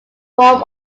form